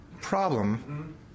problem